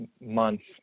months